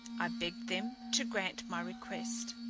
i begged them to grant my request.